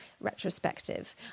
retrospective